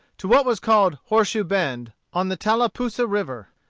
to what was called horseshoe bend, on the tallapoosa river.